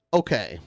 okay